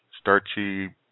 starchy